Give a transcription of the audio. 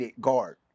guard